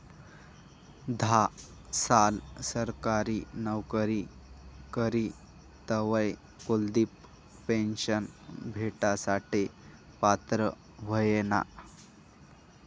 धा साल सरकारी नवकरी करी तवय कुलदिप पेन्शन भेटासाठे पात्र व्हयना